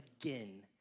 again